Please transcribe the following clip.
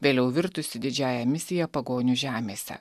vėliau virtusį didžiąja misija pagonių žemėse